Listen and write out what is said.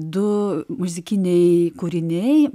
du muzikiniai kūriniai